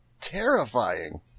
terrifying